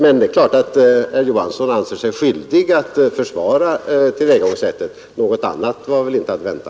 Men det är klart att herr Johansson i Trollhättan anser sig skyldig att försvara tillvägagångssättet; något annat var väl inte att vänta.